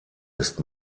ist